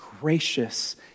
gracious